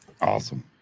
Awesome